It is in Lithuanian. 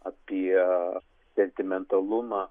apie sentimentalumą